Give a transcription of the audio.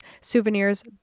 souvenirs